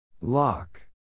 Lock